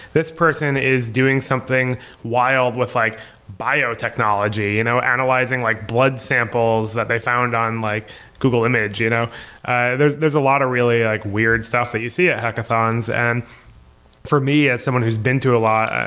this person is doing something wild with like biotechnology, you know analyzing like blood samples that they found on like google image. you know there's there's a lot of really like weird stuff that you see at hackathons. and for me, as someone who's been through a lot,